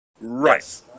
Right